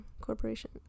corporation